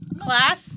Class